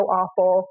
awful